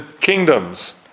kingdoms